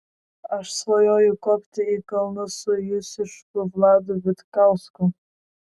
aš svajoju kopti į kalnus su jūsiškiu vladu vitkausku